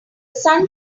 sun